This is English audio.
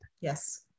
Yes